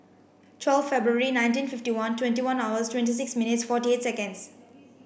twelve February nineteen fifty one twenty one hours twenty six minutes forty eight seconds